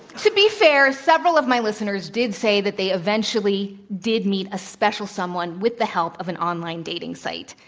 to be fair, several of my listeners did say that they eventually did meet a special someone with the help of an online dating site.